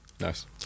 Nice